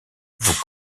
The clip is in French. vous